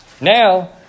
Now